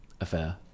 affair